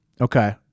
Okay